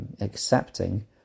accepting